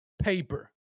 paper